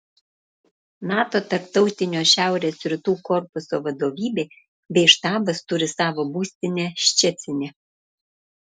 nato tarptautinio šiaurės rytų korpuso vadovybė bei štabas turi savo būstinę ščecine